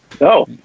No